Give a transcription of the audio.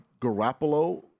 Garoppolo